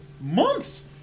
months